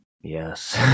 yes